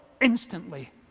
instantly